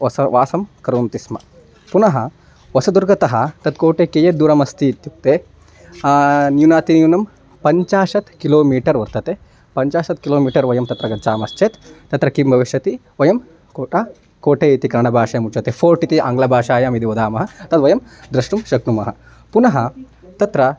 वस वासं कुर्वन्ति स्म पुनः वसदुर्गतः तत् कोटे कियत् दूरमस्ति इत्युक्ते न्यूनातिन्यूनं पञ्चाशत् किलोमिटर् वर्तते पञ्चाशत् किलोमिटर् वयं तत्र गच्छामश्चेत् तत्र किं भविष्यति वयं कोटा कोटे इति कन्नडभाषायाम् उच्यते फ़ोर्ट् इति आङ्ग्लभाषायां यदि वदामः तद् वयं द्रष्टुं शक्नुमः पुनः तत्र